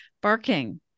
barking